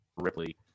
Ripley